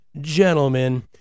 gentlemen